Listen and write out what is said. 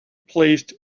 placed